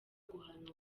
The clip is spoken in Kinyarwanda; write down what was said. guhanura